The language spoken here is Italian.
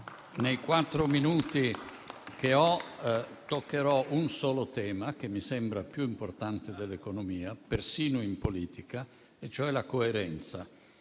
Nei quattro minuti che ho, toccherò un solo tema che mi sembra più importante dell'economia, persino in politica, e cioè la coerenza,